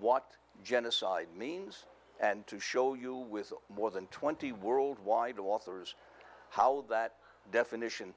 what genocide means and to show you with more than twenty world wide authors how that definition